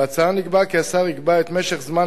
בהצעה נקבע כי השר יקבע את משך זמן